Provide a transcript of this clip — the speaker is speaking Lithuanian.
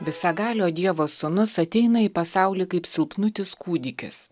visagalio dievo sūnus ateina į pasaulį kaip silpnutis kūdikis